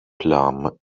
plum